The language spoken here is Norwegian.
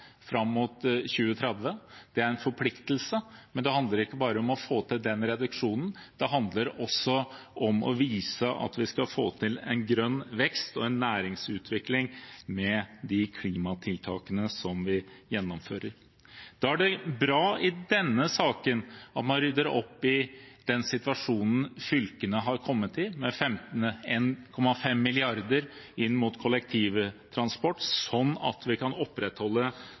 fram mot 2030. Det er en forpliktelse. Men det handler ikke bare om å få til den reduksjonen, det handler også om å vise at vi skal få til en grønn vekst og en næringsutvikling med de klimatiltakene vi gjennomfører. Da er det bra at man i denne saken rydder opp i den situasjonen fylkene har kommet i, med 1,5 mrd. kr til kollektivtransport, slik at vi kan